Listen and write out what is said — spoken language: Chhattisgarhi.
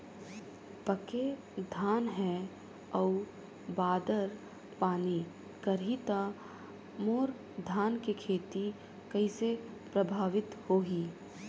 पके धान हे अउ बादर पानी करही त मोर धान के खेती कइसे प्रभावित होही?